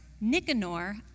Nicanor